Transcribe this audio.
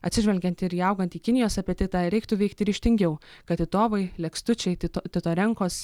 atsižvelgiant ir į augantį kinijos apetitą reiktų veikti ryžtingiau kad titovai lekstučiai tito titorenkos